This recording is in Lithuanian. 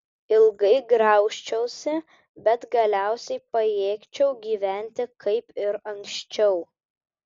ilgai graužčiausi bet galiausiai pajėgčiau gyventi kaip ir anksčiau